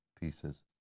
pieces